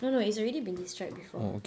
no no it's already been destroyed before